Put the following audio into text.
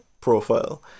profile